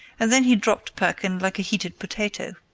and then he dropped perkin like a heated potato.